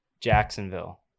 Jacksonville